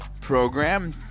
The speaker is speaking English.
program